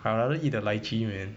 I rather eat the lychee man